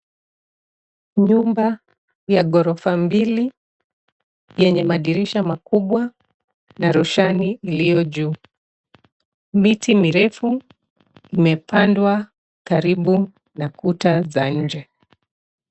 Nyumba ya ghorofa mbili yenye madirisha makubwa na roshani iliyo juu. Miti mirefu imepandwa karibu na kuta za nje.